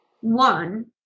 One